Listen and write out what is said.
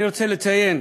אני רוצה לציין